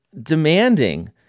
demanding